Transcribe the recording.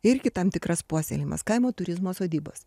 irgi tam tikras puoselėjimas kaimo turizmo sodybos